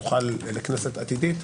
הוא חל לכנסת עתידית.